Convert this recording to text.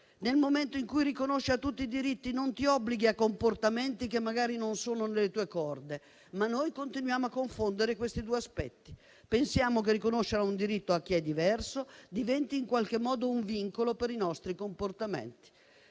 nel momento in cui si riconoscono a tutti i diritti, non ci si obbliga a comportamenti che magari non sono nelle nostre corde, noi continuiamo a confondere questi due aspetti. Pensiamo che riconoscere un diritto a chi è diverso diventi in qualche modo un vincolo per i nostri comportamenti;